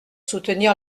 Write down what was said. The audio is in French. soutenir